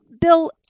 Bill